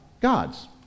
gods